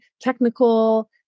technical